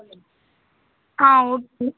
okay